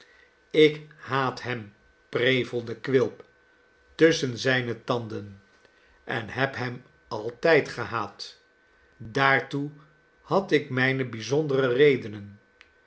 ik haat hem prevelde quilp tusschen zijne tanden en heb hem altijd gehaat daartoe had ik mijne bijzondere redenen